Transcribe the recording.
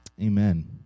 Amen